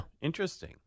Interesting